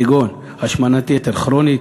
כגון השמנת יתר כרונית,